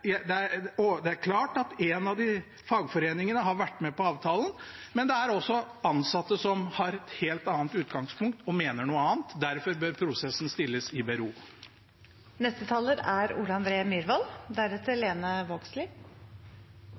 sammenslåingen. Bildet er mer sammensatt enn som så. Det er klart at én av fagforeningene har vært med på avtalen, men det er også ansatte som har et helt annet utgangspunkt og som mener noe annet. Derfor bør prosessen stilles i